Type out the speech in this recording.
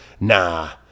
Nah